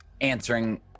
answering